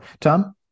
Tom